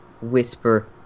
whisper